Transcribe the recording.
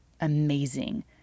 amazing